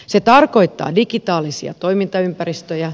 se tarkoittaa digitaalisia toimintaympäristöjä